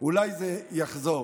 אולי יחזור,